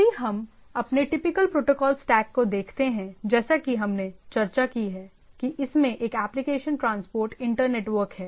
यदि हम अपने टिपिकल प्रोटोकॉल स्टैक को देखते हैं जैसा कि हमने चर्चा की है कि इसमें एक एप्लिकेशन ट्रांसपोर्ट इंटरनेटवर्क है